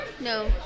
No